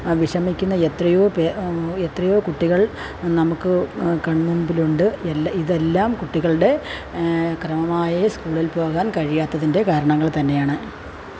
വിഷമിക്കുന്ന എത്രയോ എത്രയോ കുട്ടികള് നമുക്ക് കണ്മുമ്പിലുണ്ട് എല്ലാ ഇതെല്ലാം കുട്ടികള്ടെ ക്രമമായെ സ്കൂളില്പ്പോകാന് കഴിയാത്തതിന്റെ കാരണങ്ങള് തന്നെയാണ്